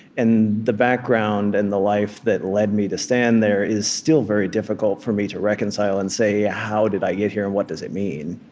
and the background and the life that led me to stand there is still very difficult for me to reconcile and say, how did i get here, and what does it mean?